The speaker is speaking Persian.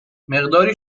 مقداری